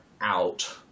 out